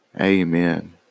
amen